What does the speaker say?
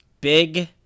Big